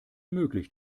möglich